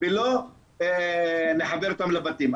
ולא לחבר אותם לבתים.